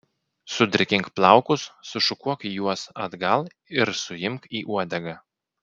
sudrėkink plaukus sušukuok juos atgal ir suimk į uodegą